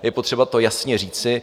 Je potřeba to jasně říci.